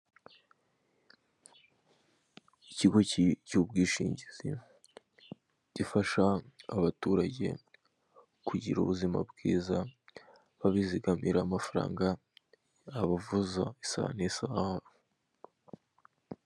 Ikigo cy'ubwishingizi gifasha abaturage kugira ubuzima bwiza, babizigamira amafaranga yabavuza isaha n'isaha.